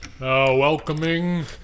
Welcoming